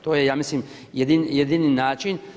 To je ja mislim jedini način.